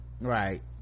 right